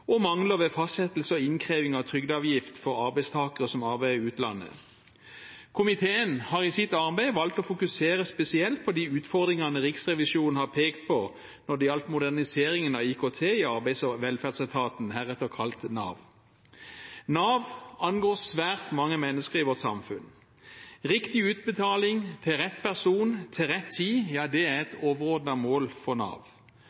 velferdsetaten mangler ved fastsettelse og innkreving av trygdeavgift for arbeidstakere som arbeider i utlandet Komiteen har i sitt arbeid valgt å fokusere spesielt på de utfordringene Riksrevisjonen har pekt på når det gjaldt moderniseringen av IKT i Arbeids- og velferdsetaten, heretter kalt Nav. Nav angår svært mange mennesker i vårt samfunn. Riktig utbetaling til rett person til rett tid – ja, det er et overordnet mål for Nav.